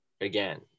again